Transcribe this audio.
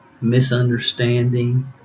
misunderstanding